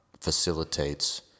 facilitates